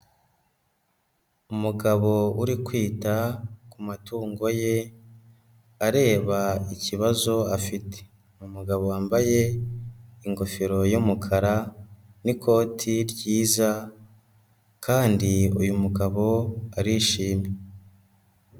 Umugabo uri kwita ku matungo ye areba ikibazo afite, ni umugabo wambaye ingofero y'umukara n'ikoti ryiza kandi uyu mugabo arishimye.